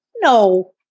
no